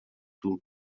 دور